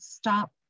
stop